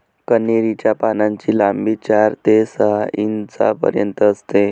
कन्हेरी च्या पानांची लांबी चार ते सहा इंचापर्यंत असते